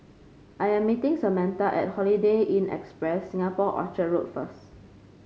I am meeting Samatha at Holiday Inn Express Singapore Orchard Road first